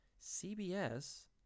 CBS